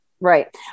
right